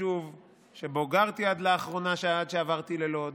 היישוב שבו גרתי עד לאחרונה, עד שעברתי ללוד.